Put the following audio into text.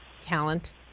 talent